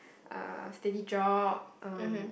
uh steady job um